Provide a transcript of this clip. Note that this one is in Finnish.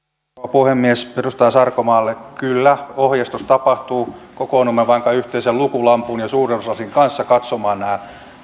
puhemies edustaja sarkomaalle kyllä ohjeistus tapahtuu kokoonnumme vaikka yhteisen lukulampun ja suurennuslasin kanssa katsomaan nämä